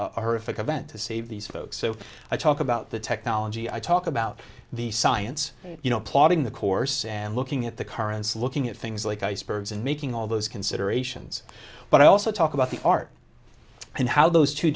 event to save these folks so i talk about the technology i talk about the science you know plotting the course and looking at the currents looking at things like icebergs and making all those considerations but i also talk about the art and how those two